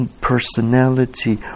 personality